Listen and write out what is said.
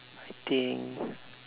I think